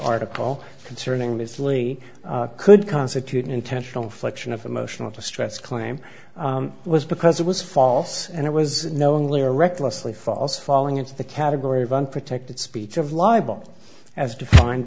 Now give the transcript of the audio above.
article concerning ms lee could constitute intentional infliction of emotional distress claim was because it was false and it was knowingly or recklessly false falling into the category of unprotected speech of libel as defined